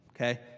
okay